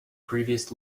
previous